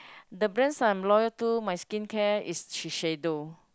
the brands I'm loyal to my skincare is Shiseido